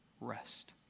rest